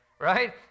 right